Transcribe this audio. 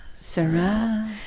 sarah